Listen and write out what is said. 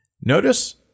notice